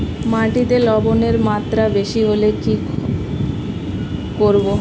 মাটিতে লবণের মাত্রা বেশি হলে কি করব?